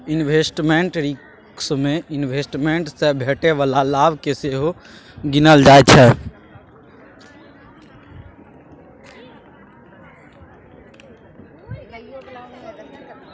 investment risk मे investment सँ भेटै बला लाभ केँ सेहो गिनल जाइ छै